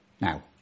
now